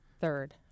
third